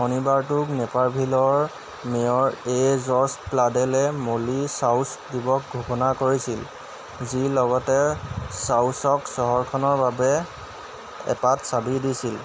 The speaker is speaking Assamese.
শনিবাৰটোক নেপাৰভিলৰ মেয়ৰ এ জৰ্জ প্ৰাডেলে মলি শ্বাউছ দিৱস ঘোষণা কৰিছিল যি লগতে শ্বাউছক চহৰখনৰ বাবে এপাত চাবি দিছিল